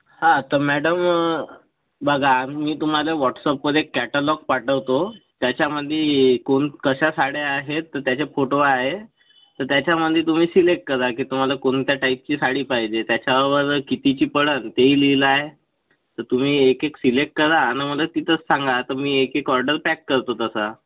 हा तर मॅडम बघा मी तुम्हाला व्हॉट्सअॅपमध्ये कॅटालॉग पाठवतो त्याच्यामध्ये कोण कशा साड्या आहेत तर त्याचे फोटो आहेत तर त्याच्यामध्ये तुम्ही सिलेक्ट करा की तुम्हाला कोणत्या टाइपची साडी पाहिजे त्याच्यावर कितीची पडेल तेही लिहिले आहे तर तुम्ही एक एक सिलेक्ट करा आणि मला तिथेच सांगा तर मी एक एक एक ऑर्डर पॅक करतो तसा